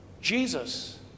Jesus